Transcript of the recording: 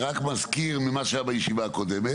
אני רק מזכיר, ממה שהיה בישיבה הקודמת.